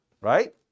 right